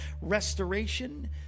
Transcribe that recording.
restoration